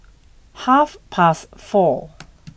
half past four